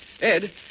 Ed